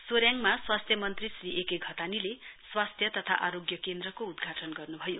सोरेङमा स्वास्थ्य मन्त्री श्री ए के घतानीले स्वास्थ्य तथा आरोग्य केन्द्रको उद्घाटन गर्न्भयो